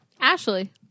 Ashley